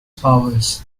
powers